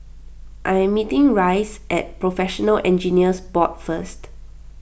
I am meeting Rice at Professional Engineers Board First